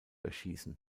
erschießen